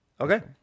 Okay